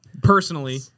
Personally